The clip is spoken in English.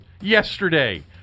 yesterday